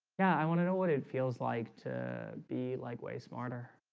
yeah, i want to know what it feels like to be like way smarter.